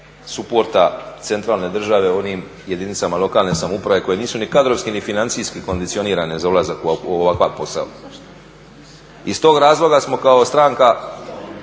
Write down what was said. suporta centralne države onim jedinice lokalne samouprave koje nisu ni kadrovski ni financijski kondicionirane za ulazak u ovakav posao. Iz tog razloga smo kao stranka